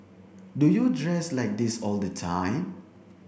do you dress like this all the time